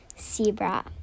zebra